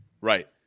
Right